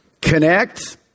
Connect